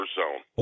zone